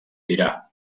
tirà